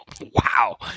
Wow